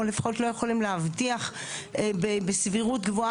או לפחות לא יכולים להבטיח בסבירות גבוהה